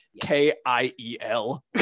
K-I-E-L